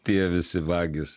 tie visi vagys